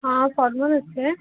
हाँ सर नमस्ते